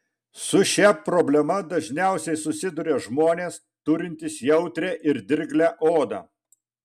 su šia problema dažniausiai susiduria žmonės turintys jautrią ir dirglią odą